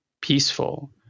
peaceful